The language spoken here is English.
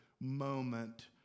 moment